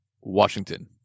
Washington